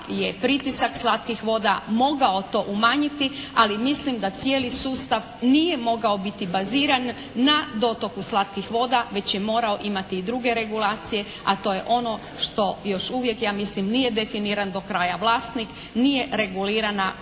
pritisak slatkih voda mogao to umanjiti ali mislim da cijeli sustav nije mogao biti baziran na dotoku slatkih voda već je morao imati i druge regulacije, a to je ono što još uvijek ja mislim nije definiran do kraja vlasnik. Nije regulirana